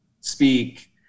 speak